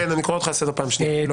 אני קורא אותך לסדר פעם שנייה.